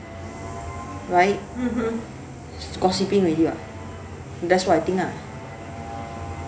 right gossiping already [what] that's what I think ah